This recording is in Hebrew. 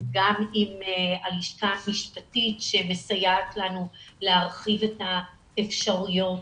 גם עם הלשכה המשפטית שמסייעת לנו להרחיב את האפשרויות